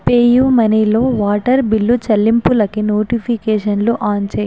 PayU మనీలో water bill చెల్లింపులకి నోటిఫికేషన్లు ఆన్ చేయి